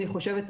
אני חושבת,